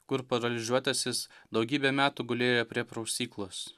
kur paralyžiuotasis daugybę metų gulėjo prie prausyklos